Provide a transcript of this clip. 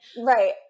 Right